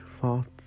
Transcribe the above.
thoughts